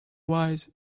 wise